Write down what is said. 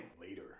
later